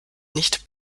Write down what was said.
nicht